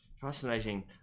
Fascinating